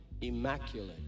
immaculate